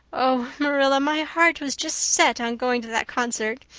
oh, marilla, my heart was just set on going to that concert.